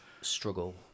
struggle